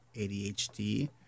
ADHD